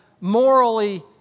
morally